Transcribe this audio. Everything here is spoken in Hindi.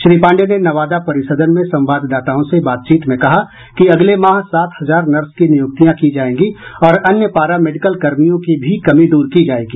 श्री पांडेय ने नवादा परिसदन में संवाददाताओं से बातचीत में कहा कि अगले माह सात हजार नर्स की नियूक्तियां की जायेंगी और अन्य पारा मेडिकल कर्मियों की भी कमी दूर की जायेगी